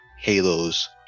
halos